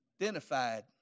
Identified